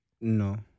no